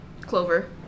Clover